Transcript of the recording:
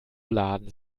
beladen